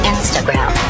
Instagram